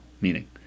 meaning